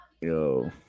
Yo